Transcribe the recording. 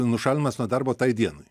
nušalinimas nuo darbo tai dienai